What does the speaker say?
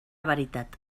veritat